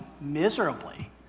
miserably